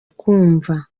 kumva